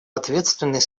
ответственной